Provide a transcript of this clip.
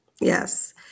Yes